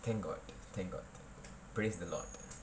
thank god thank god praise the lord